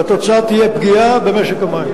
והתוצאה תהיה פגיעה במשק המים.